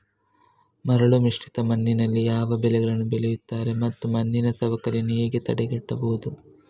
ಮರಳುಮಿಶ್ರಿತ ಮಣ್ಣಿನಲ್ಲಿ ಯಾವ ಬೆಳೆಗಳನ್ನು ಬೆಳೆಯುತ್ತಾರೆ ಮತ್ತು ಮಣ್ಣಿನ ಸವಕಳಿಯನ್ನು ಹೇಗೆ ತಡೆಗಟ್ಟಬಹುದು?